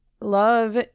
love